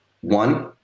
One